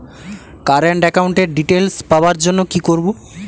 Current একাউন্টের details পাওয়ার জন্য কি করব?